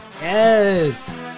Yes